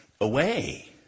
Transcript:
away